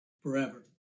forever